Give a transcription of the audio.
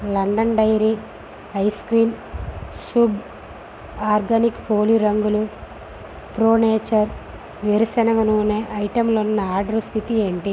London dairy ice cream Shubh organic Holi రంగులు pro nature వేరుశెనగ నూనె ఐటెంలు ఉన్న ఆర్డరు స్థితి ఏంటి